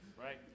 Right